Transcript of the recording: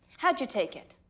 how'd you take it?